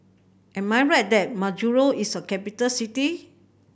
am I right that Majuro is a capital city